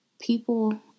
people